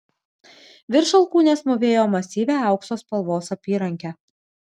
virš alkūnės mūvėjo masyvią aukso spalvos apyrankę